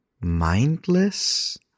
mindless